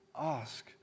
Ask